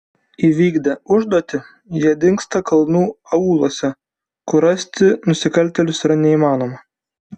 įvykdę užduotį jie dingsta kalnų aūluose kur rasti nusikaltėlius yra neįmanoma